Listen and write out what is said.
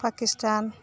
Pakistan